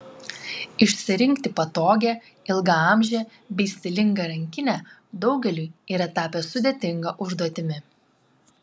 išsirinkti patogią ilgaamžę bei stilingą rankinę daugeliui yra tapę sudėtinga užduotimi